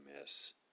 miss